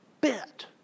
bit